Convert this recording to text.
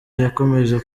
yakomeje